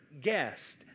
guest